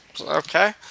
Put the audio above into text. okay